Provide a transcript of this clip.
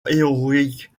héroïque